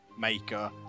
Maker